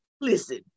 Listen